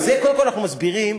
קודם כול אנחנו מסבירים,